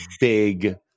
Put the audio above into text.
big